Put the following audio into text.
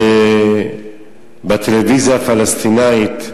בטלוויזיה הפלסטינית,